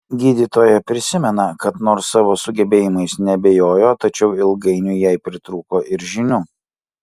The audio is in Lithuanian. gydytoja prisimena kad nors savo sugebėjimais neabejojo tačiau ilgainiui jai pritrūko ir žinių